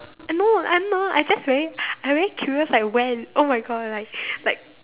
I know I don't know I just very I very curious like when oh-my-God like like